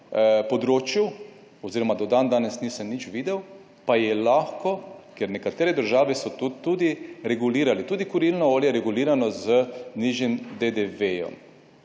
oziroma do dandanes nisem nič videl, pa je lahko, ker nekatere države so to tudi regulirali, tudi kurilno olje regulirano z nižjim DDV.